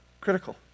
Critical